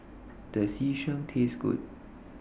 Does Yu Sheng Taste Good